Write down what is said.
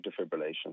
defibrillation